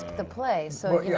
the play. so,